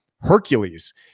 Hercules